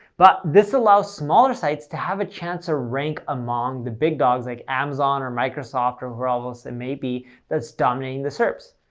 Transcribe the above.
but this allows smaller sites to have a chance to rank among the big dogs like amazon, or microsoft, or whoever else it may be that's dominating the serps.